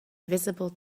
visible